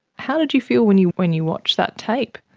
how did you feel when you when you watched that tape?